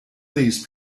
these